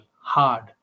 hard